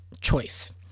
choice